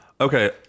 Okay